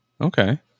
Okay